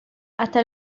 hasta